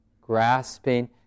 grasping